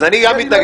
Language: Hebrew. אז אני גם מתנגד.